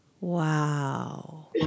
Wow